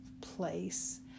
place